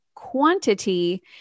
quantity